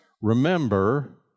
Remember